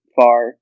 far